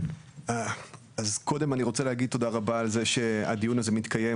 אז קודם אני רוצה להגיד תודה רבה על זה שהדיון הזה מתקיים,